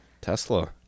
Tesla